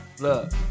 Look